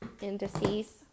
indices